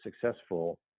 successful